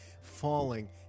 falling